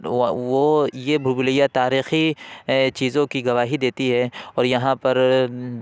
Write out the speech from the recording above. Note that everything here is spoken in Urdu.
وہ یہ بھول بھلیاں تاریخی چیزوں کی گواہی دیتی ہے اور یہاں پر